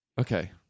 Okay